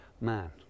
Man